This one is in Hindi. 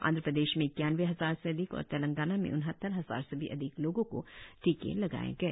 आंध्रप्रदेश में इक्यानबे हजार से अधिक और तेलंगाना में उनहत्तर हजार से भी अधिक लोगों को टीके लगाए गए